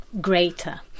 Greater